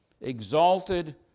exalted